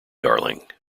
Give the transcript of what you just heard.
darling